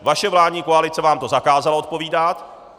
Vaše vládní koalice vám zakázala odpovídat!